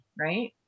Right